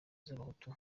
z’abahutu